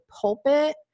pulpit